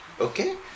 okay